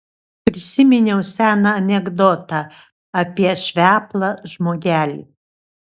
prisiminiau seną anekdotą apie šveplą žmogelį